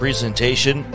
presentation